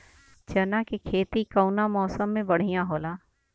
चना के खेती कउना मौसम मे बढ़ियां होला?